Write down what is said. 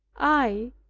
i,